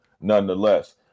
nonetheless